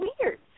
weird